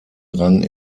rang